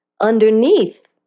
underneath